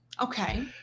Okay